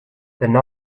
they’re